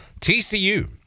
TCU